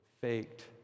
faked